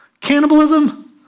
Cannibalism